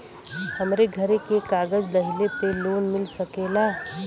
हमरे घरे के कागज दहिले पे लोन मिल सकेला?